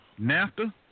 NAFTA